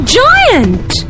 giant